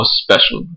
special